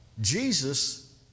Jesus